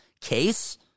case